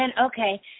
Okay